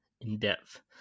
in-depth